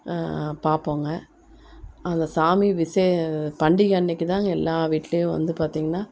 பார்ப்போங்க அதில் சாமி விசே பண்டிகை அன்றைக்கு தாங்க எல்லா வீட்லேயும் வந்து பார்த்தீங்கன்னா